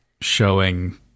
showing